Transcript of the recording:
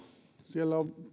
siellä on